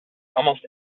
almost